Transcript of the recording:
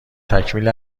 تکمیل